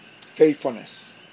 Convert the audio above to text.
faithfulness